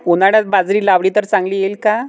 उन्हाळ्यात बाजरी लावली तर चांगली येईल का?